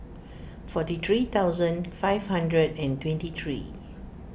forty three thousand five hundred and twenty three